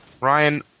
Ryan